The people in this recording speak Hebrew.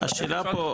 השאלה פה,